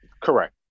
correct